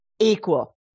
equal